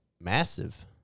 massive